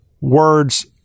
words